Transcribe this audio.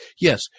yes